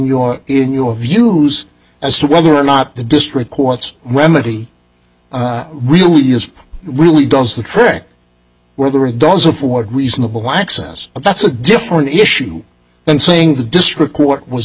your in your views as to whether or not the district court's remedy really is really does the trick whether it doesn't afford reasonable access but that's a different issue than saying the district court was